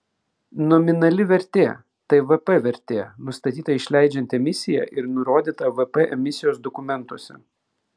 nominali vertė tai vp vertė nustatyta išleidžiant emisiją ir nurodyta vp emisijos dokumentuose